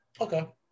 Okay